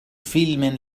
فيلم